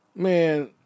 Man